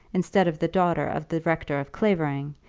instead of the daughter of the rector of clavering,